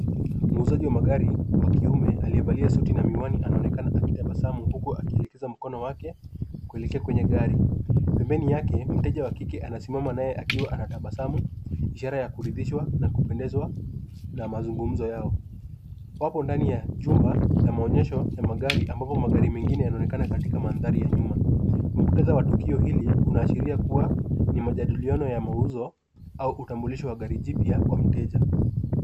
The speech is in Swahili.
Muuzaji wa magari wa kiume aliyevalia suti na miwani , anaonekana akitabasamu huku akielekeza mkono wake kuelekea kwenye gari. Pembeni yake mteja wa kike anasimama naye akiwa anatabasamu ishara ya kuridhishwa na kupendezwa na mazungumzo yao. Wapo ndani ya jumba la maonyesho ya magari ambapo magari mengine yanaonekana katika mandhari ya nyuma. Muktadha wa tukio hili unaashiria kuwa ni majadiliano ya mauzo au utambilisho wa gari jipya kwa mteja.